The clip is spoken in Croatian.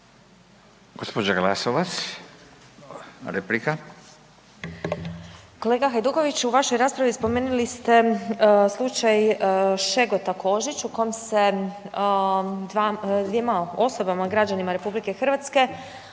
replika. **Glasovac, Sabina (SDP)** Kolega Hajdukoviću u vašoj raspravi spomenuli ste slučaj Šegota-Kožić u kojem se dvjema osobama građanima RH uskratilo